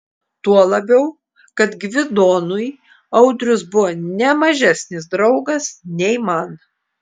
tuo labiau kad gvidonui audrius buvo ne mažesnis draugas nei man